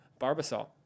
Barbasol